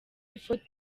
ifoto